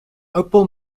opal